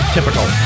Typical